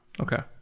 Okay